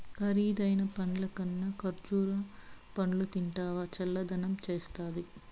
కరీదైన పండ్లకన్నా కర్బూజా పండ్లు తింటివా చల్లదనం చేస్తాది